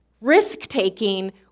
risk-taking